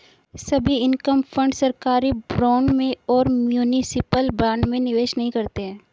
सभी income fund सरकारी bond और म्यूनिसिपल बॉन्ड में निवेश नहीं करते हैं